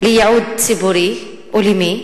לייעוד ציבורי, ולמי?